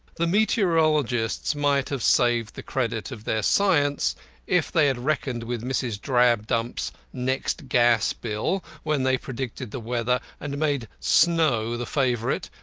the meteorologists might have saved the credit of their science if they had reckoned with mrs. drabdump's next gas-bill when they predicted the weather and made snow the favourite,